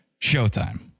Showtime